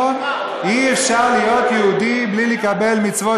אי-אפשר להיות יהודי בלי לקבל מצוות